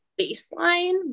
baseline